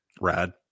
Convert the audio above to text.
Rad